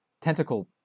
tentacle